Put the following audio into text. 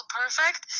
perfect